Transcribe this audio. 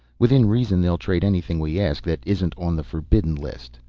within reason they'll trade anything we ask that isn't on the forbidden list.